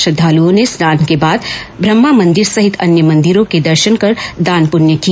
श्रद्वालुओं ने स्नान के बाद ब्रहमा मंदिर सहित अन्य मंदिरों के दर्शन कर दान पुण्य किया